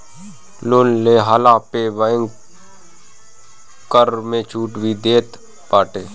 loan लेहला पे bank कर में छुट भी देत बाटे